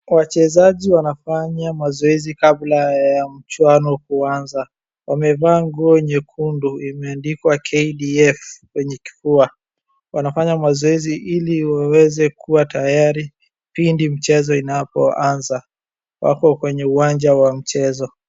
Wachezaji wanafanya mazoezi kabla ya mchuano kuanza. Wamevaa nguo nyekundu imeandikwa KDF kwenye kifua. Wanafanya mazoezi ili waweze kuwa tayari pindi mchezo inapoanza. Wako kwenye uwanja wa mchezo.